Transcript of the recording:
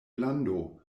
lando